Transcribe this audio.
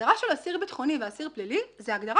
ההגדרה של אסיר ביטחוני ואסיר פלילי זו הגדרה